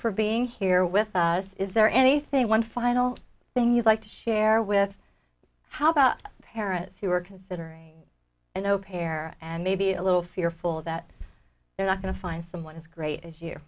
for being here with us is there anything one final thing you'd like to share with how about parents who are considering you know pair and maybe a little fearful that they're not going to find someone as great as you